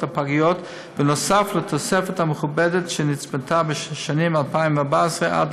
הפגיות נוסף לתוספת המכובדת שנצפתה בשנים 2014 עד